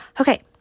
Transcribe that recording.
Okay